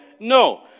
No